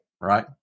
right